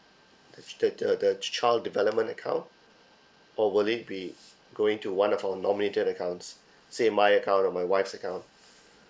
the ch~ the the the child development account or will it be going to one of our nominated accounts say my account or my wife's account